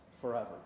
forever